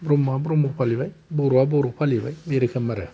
ब्रह्मआ ब्रह्म फालिबाय बर'आ बर' फालिबाय बे रोखोम आरो